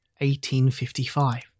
1855